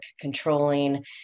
controlling